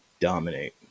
dominate